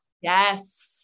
Yes